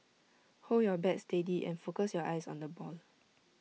hold your bat steady and focus your eyes on the ball